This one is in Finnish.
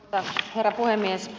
arvoisa herra puhemies